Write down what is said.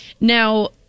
Now